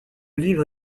livre